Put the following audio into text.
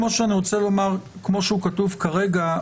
כמו שהוא כתוב כרגע,